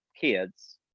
kids